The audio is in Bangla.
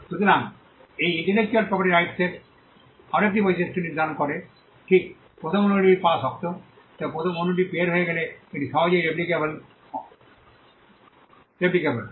সুতরাং এটি ইন্টেলেকচুয়াল প্রপার্টি রাইটস এর আরও একটি বৈশিষ্ট্য নির্ধারণ করে ঠিক প্রথম অনুলিপিটি পাওয়া শক্ত তবে প্রথম অনুলিপিটি বের হয়ে গেলে এটি সহজেই রেপ্লিক্যাবেল